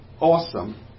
awesome